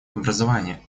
образование